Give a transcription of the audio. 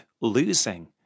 losing